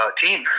team